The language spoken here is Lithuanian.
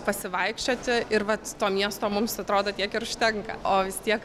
pasivaikščioti ir vat to miesto mums atrodo tiek ir užtenka o vis tiek